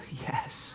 Yes